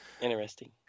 interesting